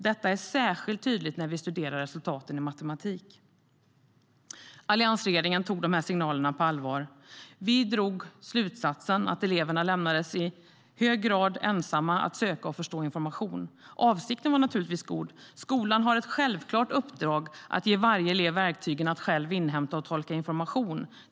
Detta är särskilt tydligt när vi studerar resultaten i matematik. Alliansregeringen tog signalerna på allvar. Vi drog slutsatsen att eleverna i alltför hög grad lämnades ensamma att söka och förstå information. Avsikten var naturligtvis god. Skolan har ett självklart uppdrag att ge varje elev verktygen att själv inhämta och tolka information.